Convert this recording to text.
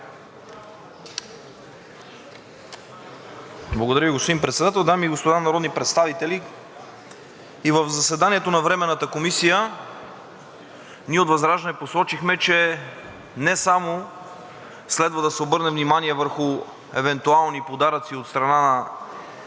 Благодаря Ви, господин Председател. Дами и господа народни представители, в заседанието на Временната комисия, ние от ВЪЗРАЖДАНЕ посочихме, че не само следва да се обърне внимание върху евентуални подаръци от страна на